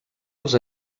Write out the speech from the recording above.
els